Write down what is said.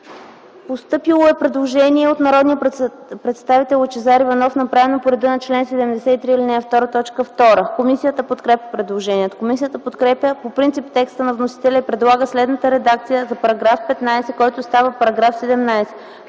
Постъпило е предложение от народния представител Лъчезар Иванов, направено по реда на чл. 73, ал. 2, т. 2. Комисията подкрепя предложението. Комисията подкрепя по принцип текста на вносителя и предлага следната редакция за § 15, който става § 17: „§ 17.